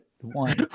one